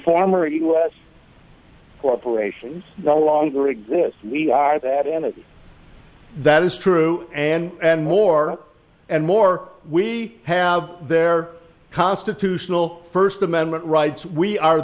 former us corporations no longer exist we are that entity that is true and more and more we have their constitutional first amendment rights we are